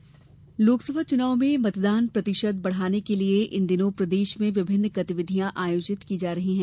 मतदाता जागरूकता लोकसभा चुनाव में मतदान प्रतिशत बढ़ाने के लिये इन दिनों प्रदेश में विभिन्न गतिविधियां आयोजित की जा रही है